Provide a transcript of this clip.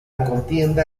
contienda